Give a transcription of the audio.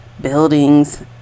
buildings